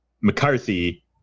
McCarthy